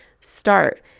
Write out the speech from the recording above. Start